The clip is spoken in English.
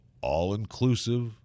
all-inclusive